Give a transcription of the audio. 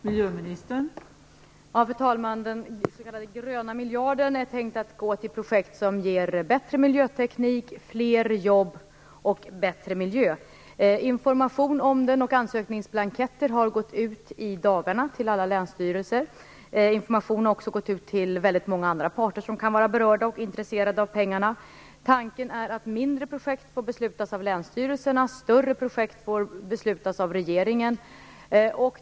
Fru talman! Den s.k. gröna miljarden är tänkt att gå till projekt som ger bättre miljöteknik, fler jobb och bättre miljö. Information och ansökningsblanketter har gått ut i dagarna till alla länsstyrelser. Information har också gått ut till väldigt många andra parter som kan vara berörda och intresserade av pengarna. Tanken är att mindre projekt får beslutas av länsstyrelserna. Större projekt skall beslutas av regeringen.